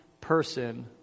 person